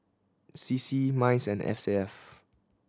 C C MICE and S A F